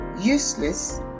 useless